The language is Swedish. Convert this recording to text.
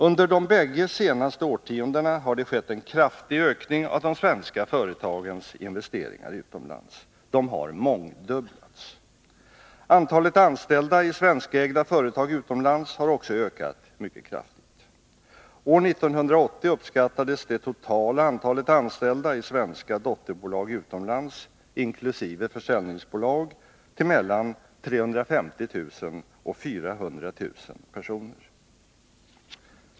Under de bägge senaste årtiondena har det skett en kraftig ökning av de svenska företagens investeringar utomlands. De har mångdubblats. Antalet anställda i svenskägda företag utomlands har också ökat mycket kraftigt. År 1980 uppskattades det totala antalet anställda i svenska dotterbolag utomlands — inkl. försäljningsbolag — till mellan 350 000 och 400 000 personer.